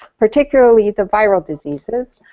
particularly the viral diseases.